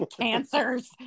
Cancers